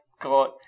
God